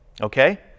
okay